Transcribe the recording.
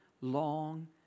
long